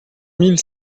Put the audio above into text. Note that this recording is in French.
mille